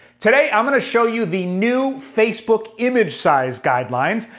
today, i'm gonna show you the new facebook image size guidelines.